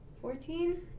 Fourteen